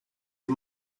you